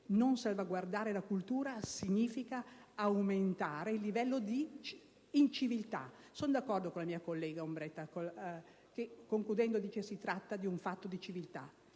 Non salvaguardare la cultura significa aumentare il livello di inciviltà. Sono d'accordo con la mia collega Ombretta Colli, che concludendo il suo intervento ha detto che si tratta di un fatto di civiltà.